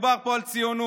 מדובר פה על ציונות.